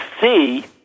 see